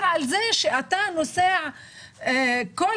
האם